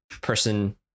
person